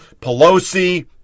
Pelosi